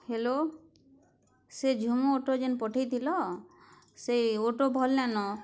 hello ସେ Jhumu auto ଯେନ୍ ପଠାଇ ଥିଲ ସେଇ ଅଟୋ ଭଲ୍ ନାଇଁ ନ